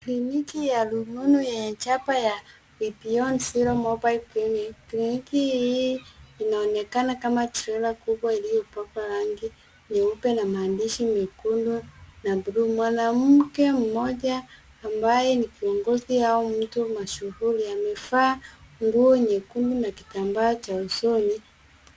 Kliniki ya rununu yenye chapa ya beyond zero mobile clinic. Kliniki hii inaonekana kama trela kubwa iliyopakwa rangi nyeupe na maandishi mekundu na buluu. Mwanamke mmoja ambaye ni kiongozi au mtu mashuhuri amevaa nguo nyekundu na kitambaa cha usoni.